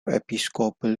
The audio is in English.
episcopal